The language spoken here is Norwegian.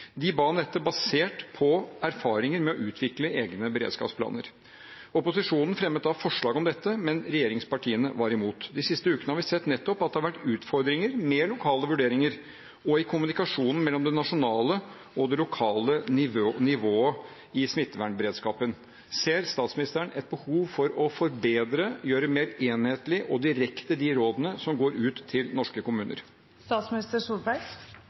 De ba om dette basert på erfaringer med å utvikle egne beredskapsplaner. Opposisjonen fremmet da forslag om dette, men regjeringspartiene var imot. De siste ukene har vi sett at det nettopp har vært utfordringer med lokale vurderinger og med kommunikasjonen mellom det nasjonale og det lokale nivået i smittevernberedskapen. Ser statsministeren et behov for å forbedre og gjøre de rådene som går ut til norske